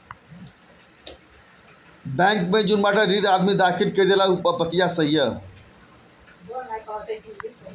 bankrupt में एगो याचिका से शुरू होत हवे जवन देनदार चाहे लेनदार दायर करत हवे